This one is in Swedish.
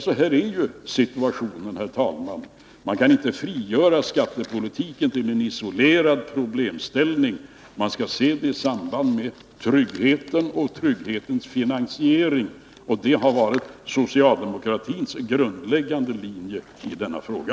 Så är situationen, herr talman. Man kan inte frigöra skattepolitiken till en isolerad problemställning. Man skall se den i samband med tryggheten och trygghetens finansiering, och det har varit socialdemokratins grundläggande linje i denna fråga.